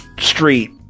Street